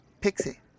Pixie